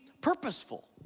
purposeful